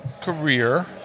career